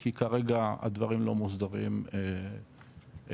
כי כרגע הדברים לא מוסדרים כראוי,